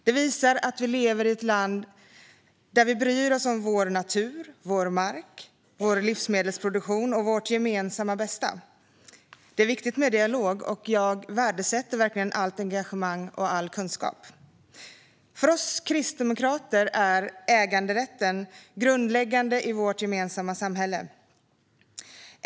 Det visar att vi lever i ett land där vi bryr oss om vår natur, vår mark, vår livsmedelsproduktion och vårt gemensamma bästa. Det är viktigt med dialog, och jag värdesätter verkligen allt engagemang och all kunskap när det gäller detta. För oss kristdemokrater är äganderätten grundläggande i vårt gemensamma samhälle.